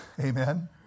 Amen